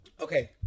Okay